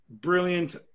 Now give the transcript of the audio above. brilliant